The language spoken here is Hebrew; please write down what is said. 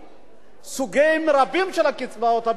סוגים רבים של קצבאות הביטוח הלאומי,